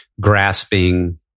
grasping